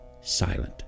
silent